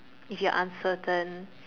if you're uncertain